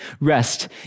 rest